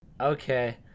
Okay